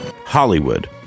Hollywood